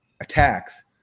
attacks